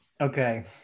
okay